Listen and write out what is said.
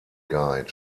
guide